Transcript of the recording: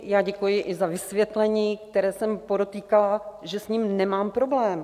Já děkuji i za vysvětlení, které jsem podotýkala, že s ním nemám problém.